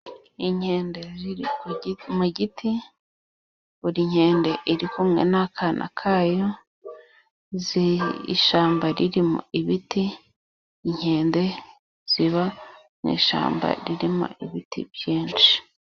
Inkende ziri mu giti buri nkende iri kumwe n'akana kayo, mu ishyamba ririmo ibiti inkende ziba mu ishyamba ririmo ibiti byinshi.